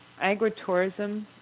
Agritourism